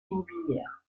immobilière